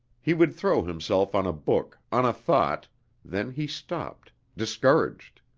he would throw himself on a book, on a thought then he stopped, discouraged.